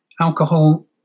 alcohol